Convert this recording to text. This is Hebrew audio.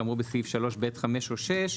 כאמור בסעיף 3(ב)(5) או (6),